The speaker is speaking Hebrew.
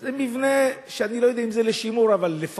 זה מבנה שאני לא יודע אם הוא לשימור, אבל לפחות